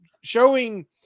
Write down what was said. showing